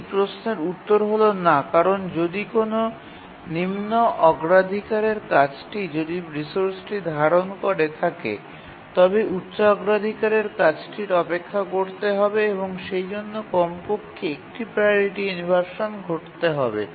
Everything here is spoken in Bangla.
এই প্রশ্নের উত্তর হল না কারণ যদি কোনও নিম্ন অগ্রাধিকারের কাজটি যদি রিসোর্সটি ধারণ করে থাকে তবে উচ্চ অগ্রাধিকারের কাজটির অপেক্ষা করতে হবে এবং সেইজন্য কমপক্ষে একটি প্রাওরিটি ইনভারসান ঘটতে হবে